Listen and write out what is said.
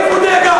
בגין מודה גם,